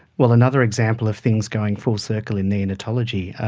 well, another example of things going full circle in neonatology.